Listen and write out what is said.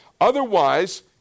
Otherwise